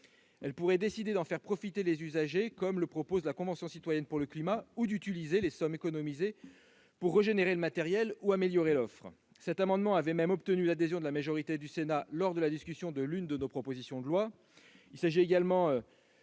Elles pourraient décider d'en faire profiter les usagers, comme le propose la Convention citoyenne pour le climat, ou d'utiliser les sommes économisées pour régénérer le matériel ou améliorer l'offre. Cet amendement avait même obtenu l'adhésion de la majorité du Sénat lors de la discussion de l'une de nos propositions de loi. Il s'agit également,